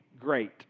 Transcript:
great